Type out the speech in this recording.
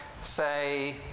say